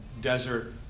desert